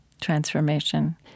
transformation